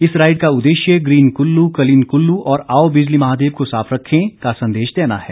इस राईड का उदेश्य ग्रीन कुल्लू क्लीन कुल्लू और आओ बिजली महादेव को साफ रखें का संदेश देना है